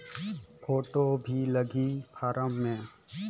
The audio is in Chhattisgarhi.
फ़ोटो भी लगी फारम मे?